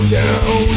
down